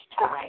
time